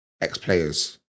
ex-players